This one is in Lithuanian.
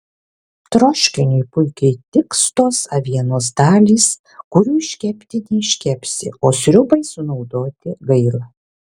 troškiniui puikiai tiks tos avienos dalys kurių iškepti neiškepsi o sriubai sunaudoti gaila